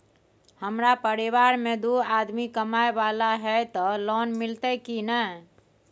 हमरा परिवार में दू आदमी कमाए वाला हे ते लोन मिलते की ने?